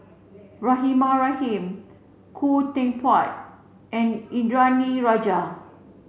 Rahimah Rahim Khoo Teck Puat and Indranee Rajah